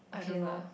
I don't know